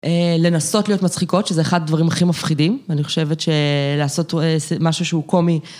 לנסות להיות מצחיקות, שזה אחד הדברים הכי מפחידים, ואני חושבת שלעשות משהו שהוא קומי